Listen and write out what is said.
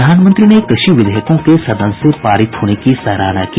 प्रधानमंत्री ने कृषि विधेयकों के सदन से पारित होने की सराहना की